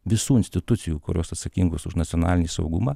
visų institucijų kurios atsakingos už nacionalinį saugumą